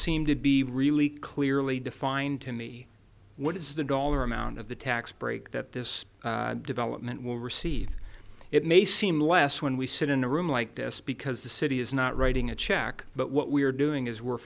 seem to be really clearly defined to me what is the dollar amount of the tax break that this development will receive it may seem less when we sit in a room like this because the city is not writing a check but what we're doing is we're